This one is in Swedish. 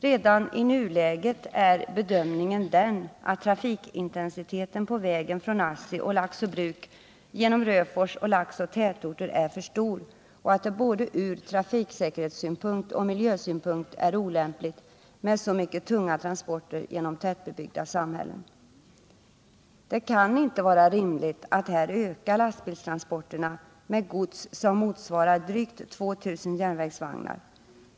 Redan i nuläget är bedömningen den att trafikintensiteten på vägen från ASSI och Laxå Bruk genom Röfors och Laxå tätorter är för stor och att det från både trafiksäkerhetssynpunkt och miljösynpunkt är olämpligt med så mycket tunga transporter genom tättbebyggda samhällen. Det kan inte vara rimligt att här öka lastbilstransporterna med gods som motsvarar drygt 2 000 järnvägsvagnar.